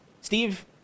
Steve